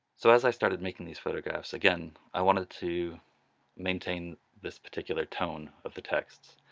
so as i started making these photographs again i wanted to maintain this particular tone of the texts,